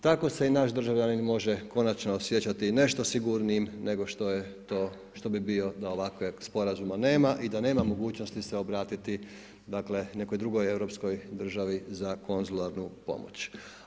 Tako se i naš državljanin može konačno osjećati nešto sigurnijim nego što bi bio da ovakve sporazuma nema i da nema mogućnosti se obratiti dakle, nekoj drugoj europskoj državi za konzularnu pomoć.